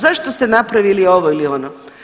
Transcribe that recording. Zašto ste napravili ovo ili ono?